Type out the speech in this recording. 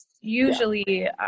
usually